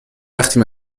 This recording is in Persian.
وقتی